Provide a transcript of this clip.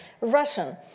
Russian